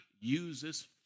uses